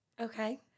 okay